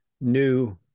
new